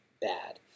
bad